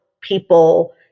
people